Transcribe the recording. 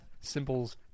symbols